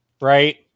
right